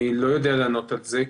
אני לא יודע לענות על זה.